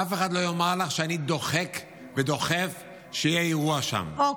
אף אחד לא יאמר לך שאני דוחק ודוחף שיהיה שם אירוע.